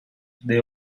the